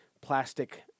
plastic